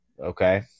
Okay